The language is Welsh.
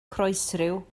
croesryw